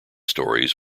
stories